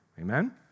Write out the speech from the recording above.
Amen